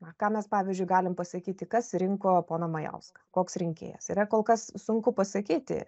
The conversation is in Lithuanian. na ką mes pavyzdžiui galim pasakyt kas rinko poną majauską koks rinkėjas yra kol kas sunku pasakyti